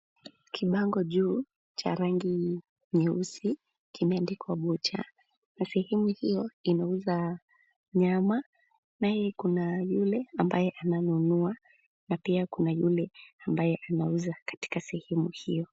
Kibango juu cha rangi nyeusi, kimeandikwa butcher na sehemu hiyo inauza nyama, naye kuna yule ambaye ananunua na pia kuna yule ambaye anauza katika sehemu hiyo.